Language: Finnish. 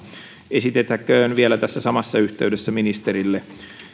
esitettäköön vielä tässä samassa yhteydessä ministerille